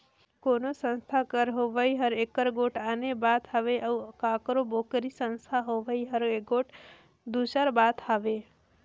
कोनो संस्था कर होवई हर एगोट आने बात हवे अउ काकरो पोगरी संस्था होवई हर एगोट दूसर बात हवे